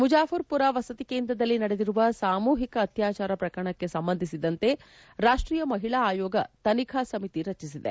ಮುಝಾಫರ್ಮರ ವಸತಿ ಕೇಂದ್ರದಲ್ಲಿ ನಡೆದಿರುವ ಸಾಮೂಹಿಕ ಅತ್ಯಾಚಾರ ಪ್ರಕರಣಕ್ಕೆ ಸಂಬಂಧಿಸಿದಂತೆ ರಾಷ್ಟೀಯ ಮಹಿಳಾ ಆಯೋಗ ತನಿಖಾ ಸಮಿತಿಯನ್ನು ರಚಿಸಿದೆ